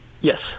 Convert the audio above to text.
Yes